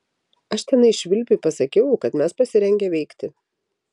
aš tenai švilpiui pasakiau kad mes pasirengę veikti